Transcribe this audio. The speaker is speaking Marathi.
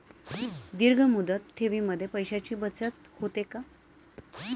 दीर्घ मुदत ठेवीमध्ये पैशांची बचत होते का?